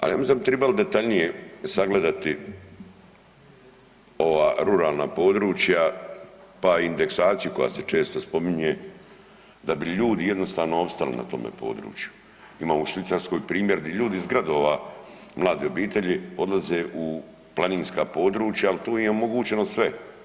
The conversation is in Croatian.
Ali ja mislim da bi trebalo detaljnije sagledati ova ruralna područja pa indeksaciju koja se često spominje, da bi ljudi jednostavno opstali na tome području, imamo u Švicarskoj primjer gdje ljudi iz gradova, mlade obitelji odlaze u planinska područja, ali tu im je omogućeno sve.